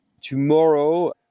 Tomorrow